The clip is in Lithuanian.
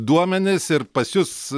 duomenis ir pas jus